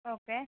okay